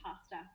pasta